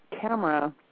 camera